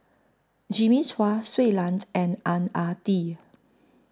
Jimmy Chua Shui Lan and Ang Ah Tee